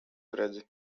redzi